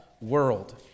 world